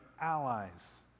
allies